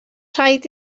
rhaid